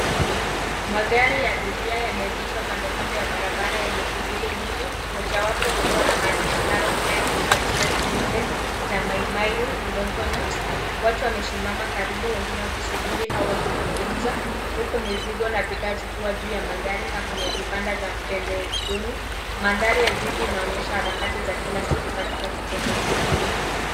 Magari ya abiria yameegeshwa kandokando ya barabara yenye shughuli nyingi. Mojawapo likiwa na maandishi Narok Line Services Limited na Mai Mahiu Longonot. Watu wamesimama karibu wnegine wakisubiri au wakizungumza huku mizigo na bidhaa zikiwa juu ya magari na kwenye vibanda vya pembezoni. Mandhari ya jiji inaonyesha harakati za kila siku katika kituo cha usafiri.